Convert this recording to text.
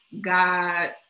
God